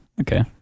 Okay